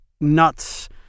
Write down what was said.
nuts